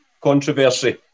controversy